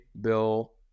bill